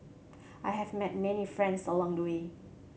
I have met many friends along the way